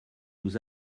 nous